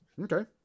Okay